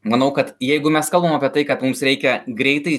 manau kad jeigu mes kalbam apie tai kad mums reikia greitai